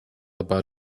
about